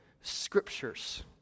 scriptures